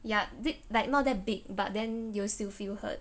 ya di~ like not that big but then you will still feel hurt